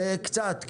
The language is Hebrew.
קצת.